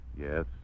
Yes